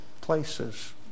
places